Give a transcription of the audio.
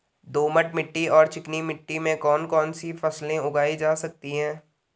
दोमट मिट्टी और चिकनी मिट्टी में कौन कौन सी फसलें उगाई जा सकती हैं?